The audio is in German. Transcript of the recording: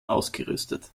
ausgerüstet